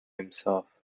himself